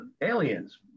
aliens